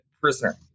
prisoner